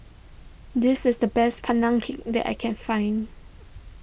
this is the best Pandan Cake that I can find